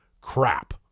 crap